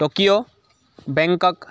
Tokyo Bangkok